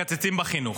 מקצצים בחינוך,